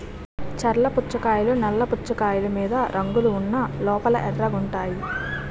చర్ల పుచ్చకాయలు నల్ల పుచ్చకాయలు మీద రంగులు ఉన్న లోపల ఎర్రగుంటాయి